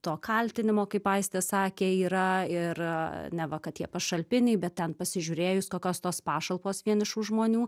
to kaltinimo kaip aistė sakė yra ir neva kad jie pašalpiniai bet ten pasižiūrėjus kokios tos pašalpos vienišų žmonių